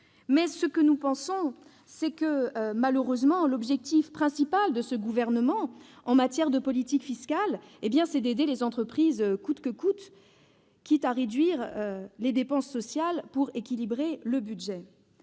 Mais nous pensons que, malheureusement, l'objectif principal du Gouvernement en matière de politique fiscale est d'aider les entreprises coûte que coûte, quitte à réduire les dépenses sociales pour équilibrer le budget.